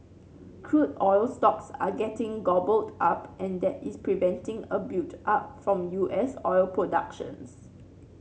crude oil stocks are getting gobbled up and that is preventing a buildup from U S oil productions